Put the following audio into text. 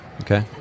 Okay